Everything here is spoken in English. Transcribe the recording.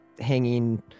hanging